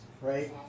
right